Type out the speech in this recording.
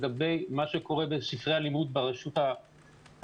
לגבי מה שקורה בספרי הלימוד ברשות הפלסטינית,